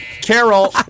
carol